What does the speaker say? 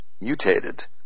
mutated